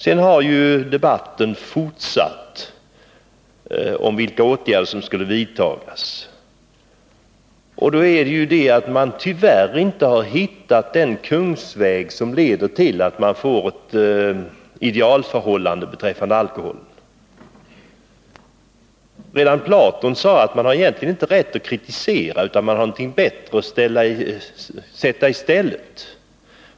Sedan har debatten om vilka åtgärder som skulle vidtas fortsatt. Tyvärr har man inte funnit den kungsväg som skulle leda till ett idealförhållande beträffande alkoholen. Redan Platon sade att man egentligen inte har rätt att kritisera, om man inte har något bättre att sätta i stället.